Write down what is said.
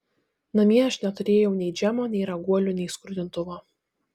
namie aš neturėjau nei džemo nei raguolių nei skrudintuvo